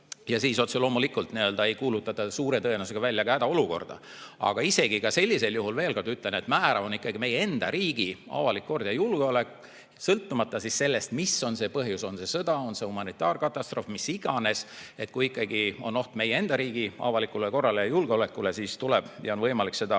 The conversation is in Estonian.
Ja siis otse loomulikult ei kuulutata suure tõenäosusega välja ka hädaolukorda. Aga isegi sellisel juhul, veel kord ütlen, määrav on ikkagi meie enda riigi avalik kord ja julgeolek, sõltumata sellest, mis on põhjus – on see sõda, humanitaarkatastroof või mis iganes. Kui ikkagi on oht meie enda riigi avalikule korrale ja julgeolekule, siis tuleb ja on võimalik seda